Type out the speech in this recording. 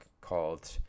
called